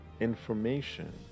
information